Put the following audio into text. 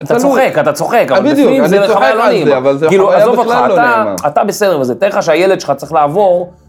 אתה צוחק, אתה צוחק, אבל בפנים זה בכלל לא נעים. כאילו, עזוב אותך, אתה בסדר, וזה תאר לך, הילד שלך צריך לעבור.